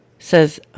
says